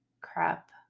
Crap